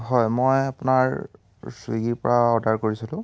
হয় মই আপোনাৰ চুইগীৰ পৰা অৰ্ডাৰ কৰিছিলোঁ